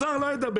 וסגן שר לא ידבר.